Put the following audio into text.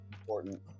important